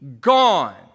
gone